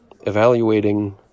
evaluating